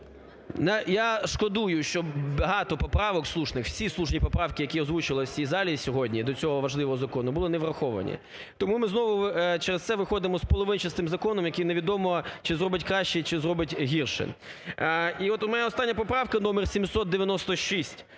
Я шкодую, що багато поправок слушних, всі слушні поправки, які озвучувались в цій залі сьогодні до цього важливого закону, були не враховані. Тому ми знову через це виходимо з половинчастим законом, який невідомо, чи зробить краще, чи зробить гірше. І от у мене остання поправка номер 796